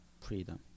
freedom